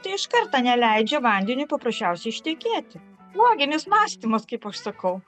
tai iš karto neleidžia vandeniui paprasčiausiai ištekėti loginis mąstymas kaip aš sakau